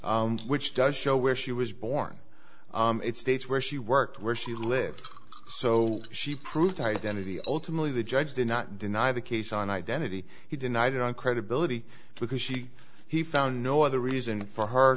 registry which does show where she was born it states where she worked where she lived so she proved identity ultimately the judge did not deny the case on identity he denied it on credibility because she he found no other reason for her